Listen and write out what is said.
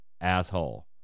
asshole